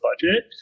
budget